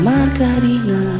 Margarina